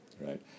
right